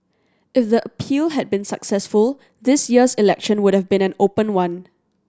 if the appeal had been successful this year's election would have been an open one